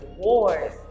Wars